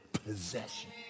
Possession